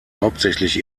hauptsächlich